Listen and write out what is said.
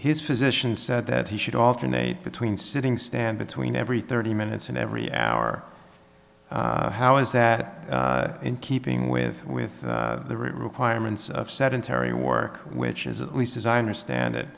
his physician said that he should alternate between sitting stand between every thirty minutes and every hour how is that in keeping with with the requirements of sedentary work which is at least as i understand it